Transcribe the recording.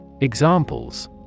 Examples